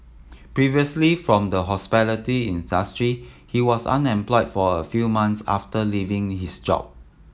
previously from the hospitality industry he was unemployed for a few months after leaving his job